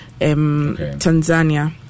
Tanzania